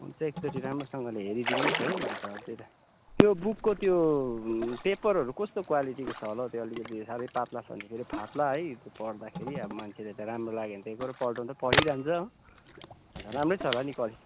हुन्छ एकचोटि राम्रोसँगले हेरिदिनु होस् है अन्त त्यही त त्यो बुकको त्यो पेपरहरू कस्तो क्वालिटी छ होला हौ त्यो अलिकति साह्रै पात्ला छ भने फेरि फाट्ला है त्यो पढ्दाखेरि है अब मान्छेले त राम्रो लाग्यो भने त एकहोरो पल्टाउँदै पढिरहन्छ हो अन्त राम्रै छ होला नि क्वाल